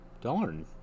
Darn